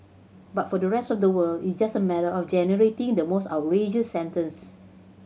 but for the rest of the world it's just a matter of generating the most outrageous sentence